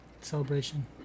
Celebration